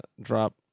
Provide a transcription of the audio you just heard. drop